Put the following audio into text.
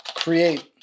create